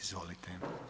Izvolite.